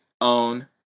own